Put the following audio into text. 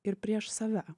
ir prieš save